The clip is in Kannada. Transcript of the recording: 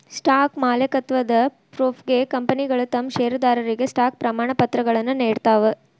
ಸ್ಟಾಕ್ ಮಾಲೇಕತ್ವದ ಪ್ರೂಫ್ಗೆ ಕಂಪನಿಗಳ ತಮ್ ಷೇರದಾರರಿಗೆ ಸ್ಟಾಕ್ ಪ್ರಮಾಣಪತ್ರಗಳನ್ನ ನೇಡ್ತಾವ